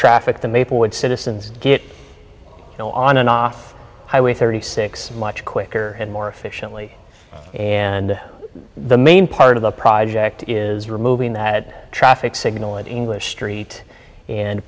traffic the maplewood citizens get you know on and off highway thirty six much quicker and more efficiently and the main part of the project is removing that traffic signal in english street and